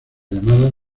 llamadas